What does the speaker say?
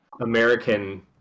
American